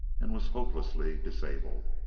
and was hopelessly disabled.